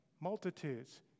Multitudes